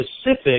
specific